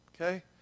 Okay